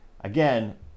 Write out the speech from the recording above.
again